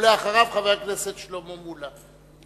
אחריו, חבר הכנסת שלמה מולה.